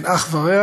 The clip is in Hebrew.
אין אח ורע,